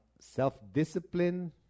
self-discipline